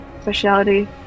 speciality